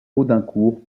audincourt